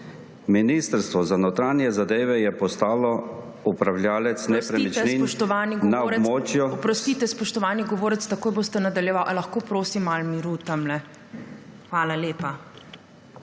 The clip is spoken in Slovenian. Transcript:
Ministrstvo za notranje zadeve je postalo upravljavec nepremičnin na območju